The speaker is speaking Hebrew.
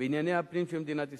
בענייני הפנים של מדינת ישראל.